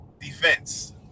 defense